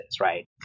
right